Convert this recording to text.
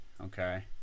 okay